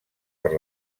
per